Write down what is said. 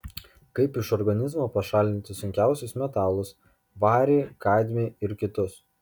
kaip iš organizmo pašalinti sunkiuosius metalus varį kadmį ir kitus